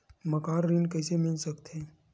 मकान ऋण कइसे मिल सकथे?